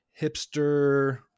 hipster